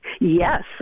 Yes